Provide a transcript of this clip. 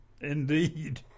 Indeed